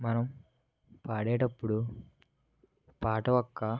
మనం పాడేటప్పుడు పాట యొక్క